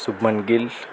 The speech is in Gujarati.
શુભમન ગિલ